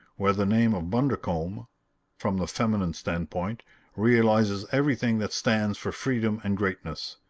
where the name of bundercombe from the feminine standpoint realizes everything that stands for freedom and greatness.